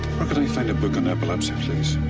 could i find a book on epilepsy, please?